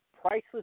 priceless